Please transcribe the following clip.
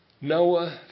Noah